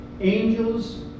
angels